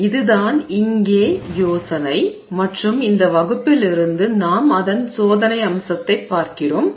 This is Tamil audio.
எனவே இதுதான் இங்கே யோசனை மற்றும் இந்த வகுப்பில் இருந்து நாம் அதன் சோதனை அம்சத்தைப் பார்க்கிறோம்